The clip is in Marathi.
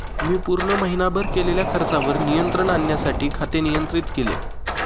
मी पूर्ण महीनाभर केलेल्या खर्चावर नियंत्रण आणण्यासाठी खाते नियंत्रित केले